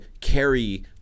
carry